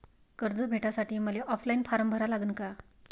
कर्ज भेटासाठी मले ऑफलाईन फारम भरा लागन का?